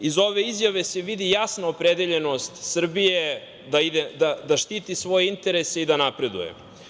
Iz ove izjave se vidi jasna opredeljenost Srbije da štite svoje interese i da napreduje.